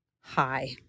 hi